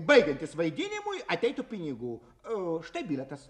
baigiantis vaidinimui ateitų pinigų o štai bilietas